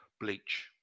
bleach